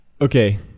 Okay